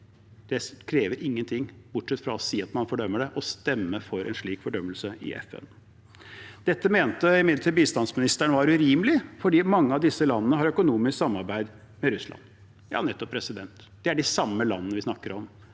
Det krever ingenting, bortsett fra å si at man fordømmer det og å stemme for en slik fordømmelse i FN. Dette mente imidlertid bistandsministeren var urimelig fordi mange av disse landene har økonomisk samarbeid med Russland. Ja, nettopp – det er de samme landene vi snakker om,